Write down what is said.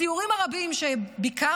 בסיורים הרבים שביקרתי